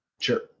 Sure